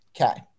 Okay